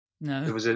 No